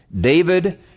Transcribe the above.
David